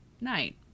night